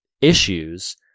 issues